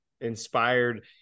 inspired